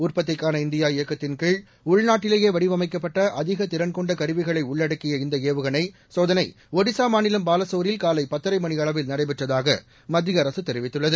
உற்பத்திக்கான இந்தியா இயக்கத்தின் கீழ் உள்நாட்டிலேயே வடிவமைக்கப்பட்ட அதிக திறன்கொண்ட கருவிகளை உள்ளடக்கிய இந்த ஏவுகணை சோதனை ஒடிஸா மாநிலம் பாலஸோரில் காலை பத்தரை மணி அளவில் நடைபெற்றதாக மத்திய அரசு தெரிவித்துள்ளது